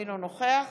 אינו נוכח